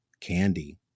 candy